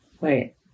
Wait